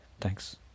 Thanks